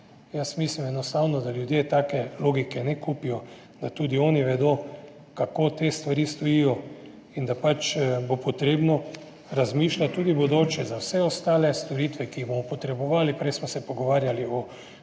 mislim, da ljudje take logike ne kupijo, da tudi oni vedo, kako te stvari stojijo, in da pač bo treba razmišljati tudi v bodoče za vse ostale storitve, ki jih bomo potrebovali. Prej smo se pogovarjali o